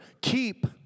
Keep